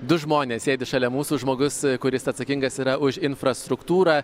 du žmonės sėdi šalia mūsų žmogus kuris atsakingas yra už infrastruktūrą